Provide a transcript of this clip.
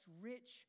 rich